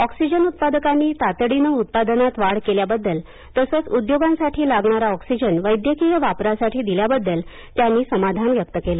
oxygen उत्पादकांनी तातडीने उत्पादनात वाढ केल्याबद्दल तसंच उद्योगांसाठी लागणारा ऑक्सिजन वैद्यकीय वापरासाठी दिल्याबद्दल त्यांनी समाधान व्यक्त केलं